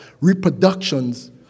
reproductions